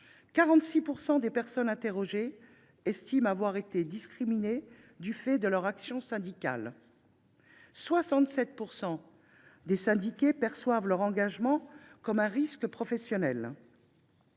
46 % des personnes interrogées estiment avoir été discriminées du fait de leur activité syndicale. Quelque 67 % des syndiqués perçoivent leur engagement comme un risque professionnel.